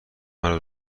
مرا